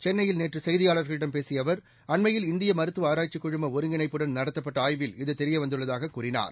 சென்னையில் நேற்று செய்தியாளர்களிடம் பேசிய அவர் அண்மையில் இந்திய மருத்துவ ஆராய்ச்சிக் குழும ஒருங்கிணைப்புடன் நடத்தப்பட்ட ஆய்வில் இது தெரியவந்துள்ளதாக கூறினார்